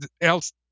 else